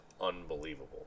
unbelievable